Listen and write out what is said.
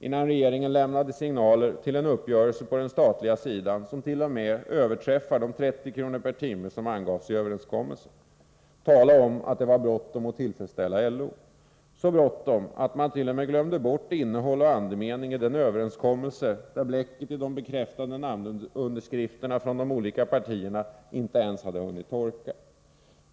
—- innan regeringen lämnade signaler till en uppgörelse på den statliga sidan som t.o.m. överträffar de 30 kr. per timme som angavs i överenskommelsen. Tala om att det var bråttom att tillfredsställa LO! Så bråttom att man t.o.m. glömde bort innehåll och andemening i den överenskommelse där bläcket i de bekräftande namnunderskrifterna från de olika partierna inte ens hade hunnit torka!